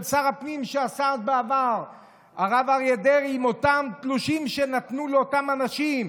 של שר הפנים הרב אריה דרעי שעשה בעבר עם אותם תלושים שנתנו לאותם אנשים,